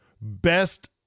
Best